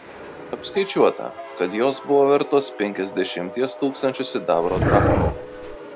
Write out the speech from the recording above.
apskaičiuota kad jos buvo vertos penkiasdešimties tūkstančių sidabro drachmų